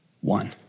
One